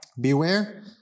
Beware